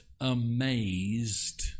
amazed